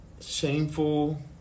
shameful